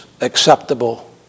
acceptable